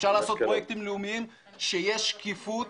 אפשר לעשות פרויקטים לאומיים כשיש שקיפות.